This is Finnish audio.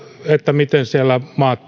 miten siellä maat